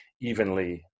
evenly